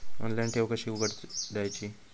Online ठेव कशी उघडायची?